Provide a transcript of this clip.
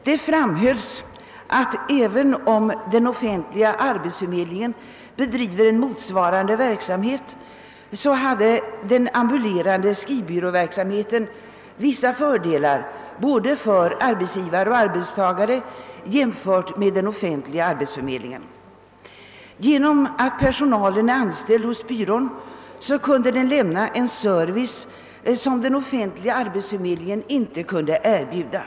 Det framhölls att även om den offentliga arbetsförmedlingen bedriver en motsvarande verksamhet, har den ambulerande skrivbyråverksamheten vissa fördelar både för arbetsgivare och arbetstagare jämfört med den offentliga arbetsförmedlingen. Genom att personalen är anställd hos byrån kan den lämna en service som den offentliga arbetsförmedlingen inte kan erbjuda.